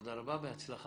תודה רבה, בהצלחה.